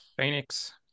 Phoenix